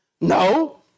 No